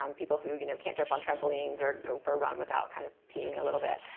um people who you know can't jump on trampolines or go for a run without kind of peeing a little bit.